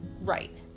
right